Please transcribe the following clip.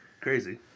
Crazy